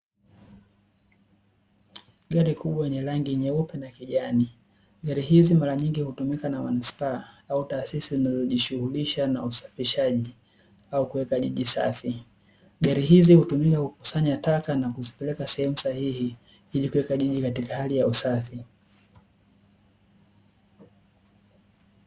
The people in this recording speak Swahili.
Gari kubwa lenye rangi nyeupe na kijani; gari hizi mara nyingi hutumika na manispaa au taasisi zinazojishughulisha na usafishaji au kuweka jiji safi. Gari hizi hutumika kukusanya taka na kuzipeleka sehemu sahihi ili kuweka jiji katika hali ya usafi.